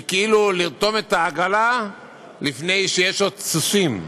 היא כאילו לרתום את העגלה לפני שעוד יש סוסים.